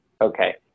Okay